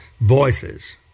voices